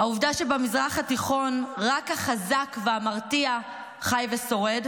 העובדה שבמזרח התיכון רק החזק והמרתיע חי ושורד;